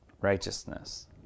righteousness